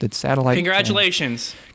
Congratulations